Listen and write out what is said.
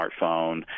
smartphone